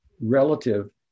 relative